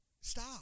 stop